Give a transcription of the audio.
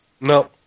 No